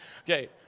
Okay